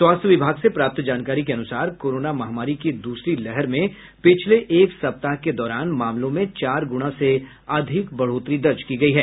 स्वास्थ्य विभाग से प्राप्त जानकारी के अनुसार कोरोना महामारी की दूसरी लहर में पिछले एक सप्ताह के दौरान मामलों में चार गुणा से अधिक बढ़ोतरी दर्ज की गयी है